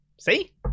see